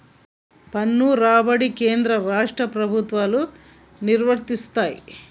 పన్ను రాబడి కేంద్ర రాష్ట్ర ప్రభుత్వాలు నిర్వయిస్తయ్